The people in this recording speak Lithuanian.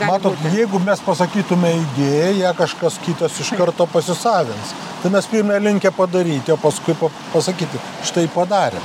matot jeigu mes pasakytume idėją ją kažkas kitas iš karto pasisavins tai mes pirma linkę padaryti o paskui pa pasakyti štai padarėm